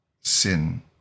sin